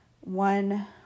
one